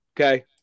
Okay